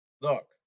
Look